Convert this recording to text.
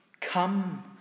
Come